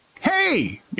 Hey